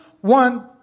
one